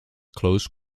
close